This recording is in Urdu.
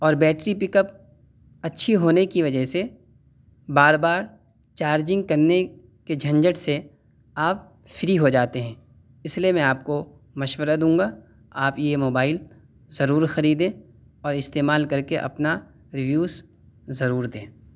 اور بیٹری پک اپ اچھی ہونے کی وجہ سے بار بار چارجنگ کرنے کے جھنجھٹ سے آپ فری ہو جاتے ہیں اس لیے میں آپ کو مشورہ دوں گا آپ یہ موبائل ضرور خریدیں اور استعمال کر کے اپنا ریویوز ضرور دیں